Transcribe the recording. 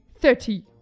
thirty